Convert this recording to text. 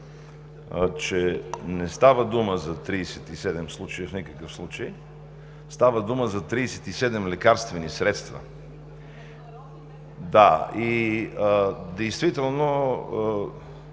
че не става дума за 37 случая в никакъв случай, става дума за 37 лекарствени средства. (Реплика.) Действително,